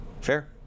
Fair